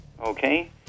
Okay